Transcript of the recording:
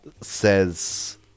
says